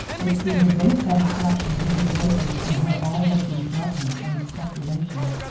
it seemed a great satisfaction to hear voices from where all had been darkness and speculation.